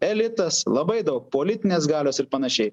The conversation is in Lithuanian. elitas labai daug politinės galios ir panašiai